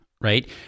right